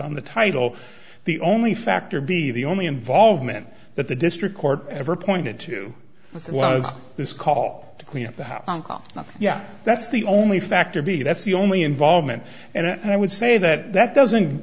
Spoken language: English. on the title the only factor be the only involvement that the district court ever pointed to was this call to clean up the house yeah that's the only factor b that's the only involvement and i would say that that doesn't